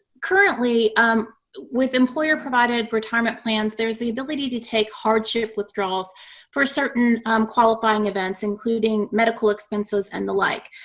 currently um with employer provided retirement plans, there's the ability to take hardship withdrawals for certain qualifying events, including medical expenses and the like.